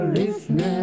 listening